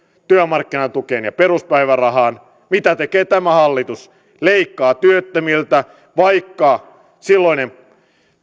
työmarkkinatukeen ja peruspäivärahaan mitä tekee tämä hallitus leikkaa työttömiltä vaikka silloinen